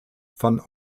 von